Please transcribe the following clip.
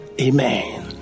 Amen